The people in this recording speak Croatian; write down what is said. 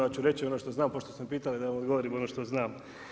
Ja ću reći ono što znam pošto ste me pitali da vam odgovorim ono što znam.